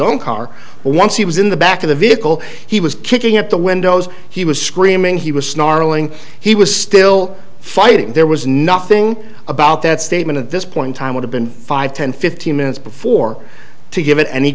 zone car once he was in the back of the vehicle he was kicking up the windows he was screaming he was snarling he was still fighting there was nothing about that statement at this point time would have been five ten fifteen minutes before to give it any